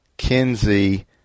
kenzie